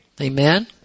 Amen